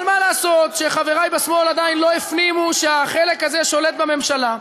אבל מה לעשות שחברי בשמאל עדיין לא הפנימו שהחלק הזה שולט בממשלה,